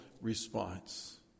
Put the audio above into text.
response